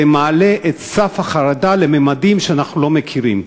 זה מעלה את סף החרדה לממדים שאנחנו לא מכירים.